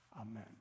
Amen